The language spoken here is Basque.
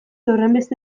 horrenbeste